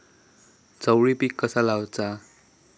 चवळी पीक कसा लावचा?